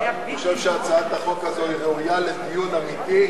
אני חושב שהצעת החוק הזאת ראויה לדיון אמיתי,